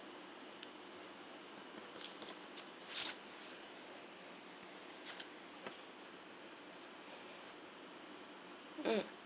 mm